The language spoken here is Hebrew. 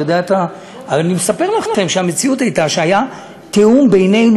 אבל אני מספר לכם שהמציאות הייתה שהיה תיאום בינינו,